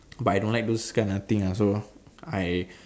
but I don't like those kind of thing ah so I